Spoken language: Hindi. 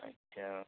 अच्छा